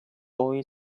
boy